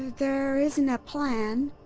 there isn't a plan.